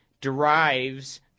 derives